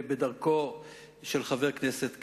בדרכו של חבר הכנסת,